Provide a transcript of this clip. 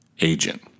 agent